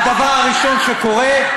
הדבר הראשון שקורה,